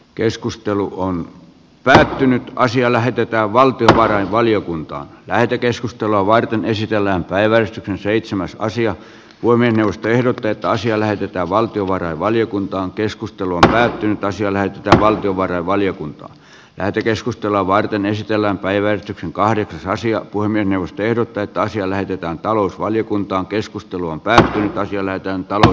keskustelu on päättynyt ja asia lähetetään valtiovarainvaliokuntaan lähetekeskustelua varten esitellään päivän seitsemästä asiaa huomenna tehdä työtä asia lähetetään valtiovarainvaliokuntaan keskustelu päättyi täysillä tätä valtiovarainvaliokunta lähetekeskustelua varten esitellään päivetyksen kahdeksansia kuin miinus ehdottaa että asia näytetään talousvaliokunta keskustelu on päättynyt jo näytön päälle